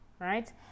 right